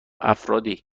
افرادی